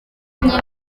intege